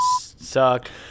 suck